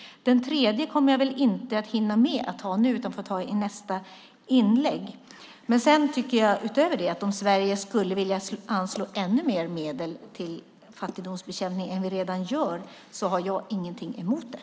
Den tredje kommer jag väl inte att hinna med att ta upp nu, utan den får jag ta upp i nästa inlägg. Utöver det: Om Sverige skulle vilja anslå ännu mer medel till fattigdomsbekämpning än vi redan gör har jag ingenting emot det.